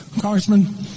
Congressman